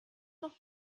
noch